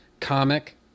comic